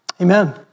amen